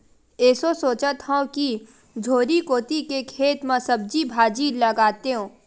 एसो सोचत हँव कि झोरी कोती के खेत म सब्जी भाजी लगातेंव